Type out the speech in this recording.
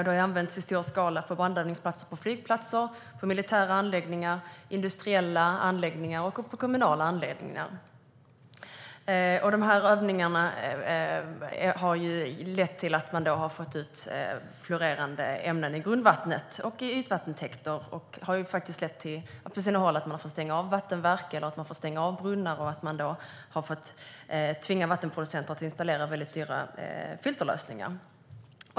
Det har använts i stor skala på brandövningsplatser på flygplatser, på militära anläggningar, i industriella anläggningar och på kommunala anläggningar. De här övningarna har lett till att man fått ut fluorerade ämnen i grundvattnet och i ytvattentäkter, vilket på sina håll har lett till att man fått stänga av vattenverk eller brunnar och tvinga vattenproducenter att installera väldigt dyra filterlösningar.